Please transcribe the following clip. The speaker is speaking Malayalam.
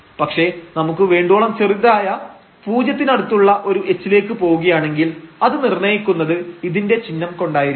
പക്ഷേ നമുക്ക് വേണ്ടുവോളം ചെറുതായ പൂജ്യത്തിനടുത്തുള്ള ഒരു h ലേക്ക് പോവുകയാണെങ്കിൽ അത് നിർണയിക്കുന്നത് ഇതിന്റെ ചിഹ്നം കൊണ്ടായിരിക്കും